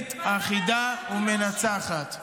חזית אחידה ומנצחת.